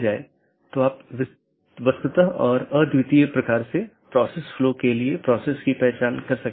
इसलिए पथ को गुणों के प्रकार और चीजों के प्रकार या किस डोमेन के माध्यम से रोका जा रहा है के रूप में परिभाषित किया गया है